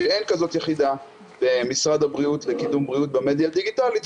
שאין כזאת יחידה במשרד הבריאות לקידום בריאות במדיה הדיגיטלית,